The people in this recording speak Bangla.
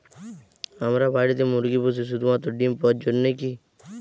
আমরা বাড়িতে মুরগি পুষি শুধু মাত্র ডিম পাওয়ার জন্যই কী?